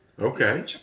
okay